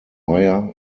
wire